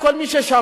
כל מי ששמע,